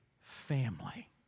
family